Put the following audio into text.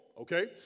Okay